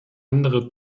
andere